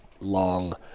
long